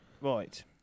Right